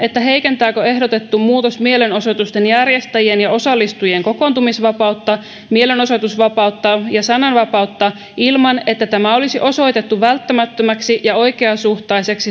heikentääkö ehdotettu muutos mielenosoitusten järjestäjien ja osallistujien kokoontumisvapautta mielenosoitusvapautta ja sananvapautta ilman että tämä olisi osoitettu välttämättömäksi ja oikeasuhtaiseksi